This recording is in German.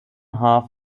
half